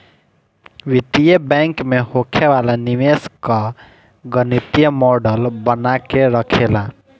वित्तीय बैंक में होखे वाला निवेश कअ गणितीय मॉडल बना के रखेला